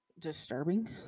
disturbing